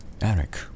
Eric